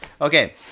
Okay